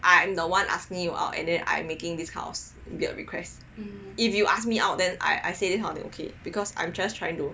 I am the one asking you out and then I'm making this kind of weird request if you ask me out then I I say this kind of thing then okay because I'm just trying to